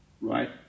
right